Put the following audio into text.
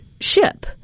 ship